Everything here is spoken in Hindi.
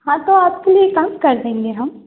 हाँ तो आपके लिए कम कर देंगे हम